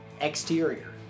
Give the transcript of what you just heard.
Exterior